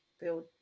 build